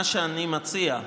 מה שאני מציע,